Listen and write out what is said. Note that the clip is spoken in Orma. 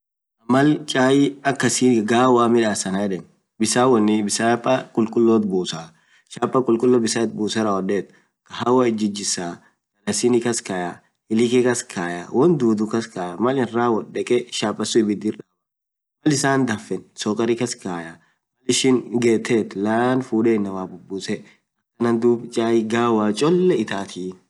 maal chai kahawaa taa akasi suun midaas anaan yedeen chapa bisaan itbusaa, kahawa itjijisaa, dalasini kass kayaa, ilikii kas kayaa woan duduu kaskayaa malaan rawoad ibidir dabaa ,mal issan danfeen sukarii kaskayee duub mail ishin geet inamaa bubusaa, amtaan duub chai gawaa cholee itaatii.